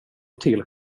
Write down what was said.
till